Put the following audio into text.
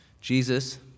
Jesus